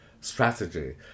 strategy